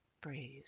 Breathe